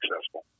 successful